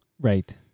Right